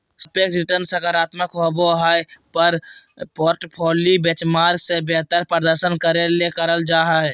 सापेक्ष रिटर्नसकारात्मक होबो पर पोर्टफोली बेंचमार्क से बेहतर प्रदर्शन करे ले करल जा हइ